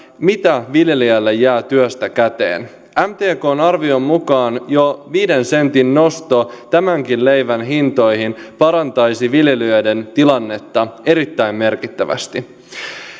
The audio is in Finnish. mitä viljelijälle jää työstä käteen mtkn arvion mukaan jo viiden sentin nosto tämänkin leivän hintoihin parantaisi viljelijöiden tilannetta erittäin merkittävästi